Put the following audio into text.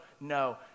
no